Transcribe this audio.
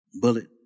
Bullet